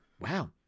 wow